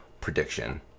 prediction